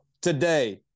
today